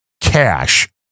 cash